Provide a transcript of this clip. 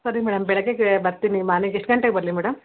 ಸರಿ ಮೇಡಮ್ ಬೆಳಗ್ಗೆಗೆ ಬರ್ತೀನಿ ಮಾರ್ನಿಂಗ್ ಎಷ್ಟು ಗಂಟೆಗೆ ಬರಲಿ ಮೇಡಮ್